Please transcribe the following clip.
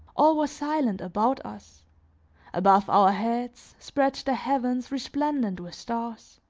all was silent about us above our heads, spread the heavens resplendent with stars.